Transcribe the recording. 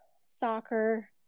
soccer